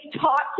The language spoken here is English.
taught